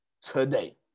today